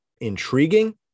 intriguing